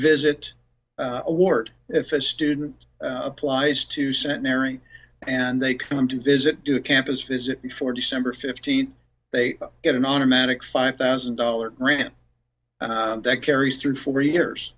visit award if a student applies to centenary and they come to visit do campus visit before december fifteenth they get an automatic five thousand dollars grant that carries through for years